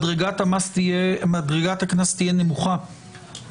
מדרגת הקנס תהיה נמוכה.